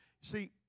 See